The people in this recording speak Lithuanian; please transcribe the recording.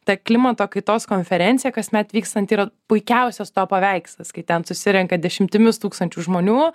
ta klimato kaitos konferencija kasmet vykstanti yra puikiausias to paveikslas kai ten susirenka dešimtimis tūkstančių žmonių